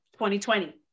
2020